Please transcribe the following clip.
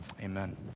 Amen